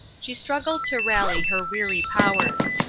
she struggled to rally her weary powers.